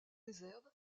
réserve